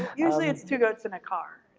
usually it's two goats and a car.